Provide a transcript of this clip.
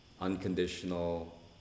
unconditional